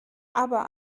aber